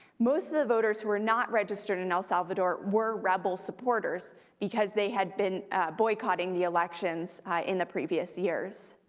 most of the voters who were not registered in el salvador were rebel supporters because they had been boycotting the elections in the previous years.